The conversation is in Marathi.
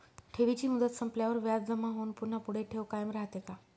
ठेवीची मुदत संपल्यावर व्याज जमा होऊन पुन्हा पुढे ठेव कायम राहते का?